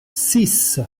six